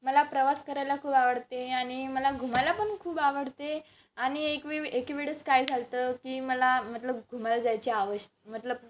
मला प्रवास करायला खूप आवडते आणि मला घुमायला पण खूप आवडते आणि एकवी एक वेळेस काय झालं होतं की मला मतलब घुमायला जायची आवश मतलब